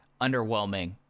underwhelming